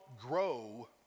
grow